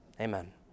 Amen